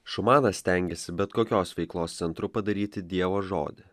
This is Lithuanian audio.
šumanas stengėsi bet kokios veiklos centru padaryti dievo žodį